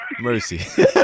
Mercy